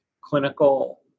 clinical